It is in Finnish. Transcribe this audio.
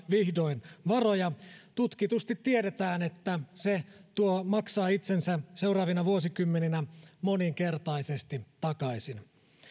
vihdoin sijoitetaan varoja tutkitusti tiedetään että se maksaa itsensä seuraavina vuosikymmeninä moninkertaisesti takaisin